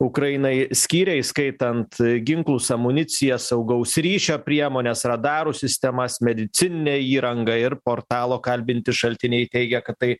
ukrainai skyrė įskaitant ginklus amuniciją saugaus ryšio priemones radarų sistemas medicininę įrangą ir portalo kalbinti šaltiniai teigia kad tai